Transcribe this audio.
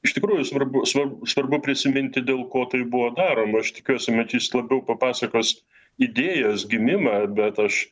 iš tikrųjų svarbu svarbu prisiminti dėl ko taip buvo daroma aš tikiuosi mečys labiau papasakos idėjos gimimą ar bet aš